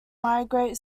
migrate